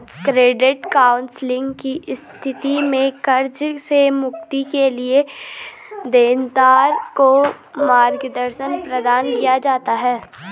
credit counselling की स्थिति में कर्ज से मुक्ति के लिए देनदार को मार्गदर्शन प्रदान किया जाता है